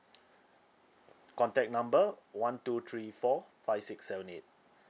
contact number one two three four five six seven eight